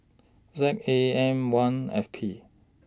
Z A M one F P